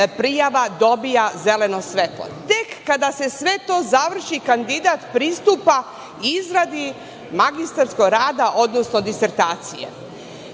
prijava dobija zeleno svetlo. Tek kada se sve to završi kandidat pristupa izradi magistarskog rada, odnosno disertacije. Želim